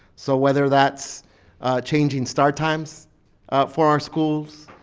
so whether that's changing start times for our schools,